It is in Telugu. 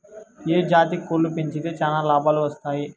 ఏ జాతి కోళ్లు పెంచితే చానా లాభాలు వస్తాయి?